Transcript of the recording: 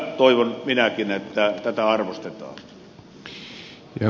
toivon minäkin että tätä arvostetaan